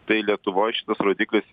tai lietuvoj šitas rodiklis